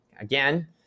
again